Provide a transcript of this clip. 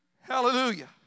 Hallelujah